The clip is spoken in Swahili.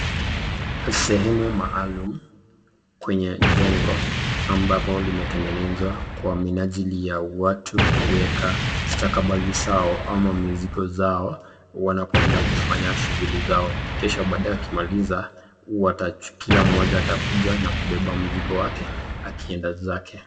Sehemu maalum kwenye jengo ambapo limetengenezwa kwa minajili ya watu kueka stakabadhi zao ama mizigo zao wanapoenda kufanya shughuli zao kisha baadaye wakimaliza kila mmoja atakujana na kubeba mzigo wake akienda zake.